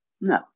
No